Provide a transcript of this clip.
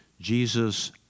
Jesus